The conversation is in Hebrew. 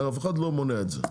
אף אחד לא מונע את זה.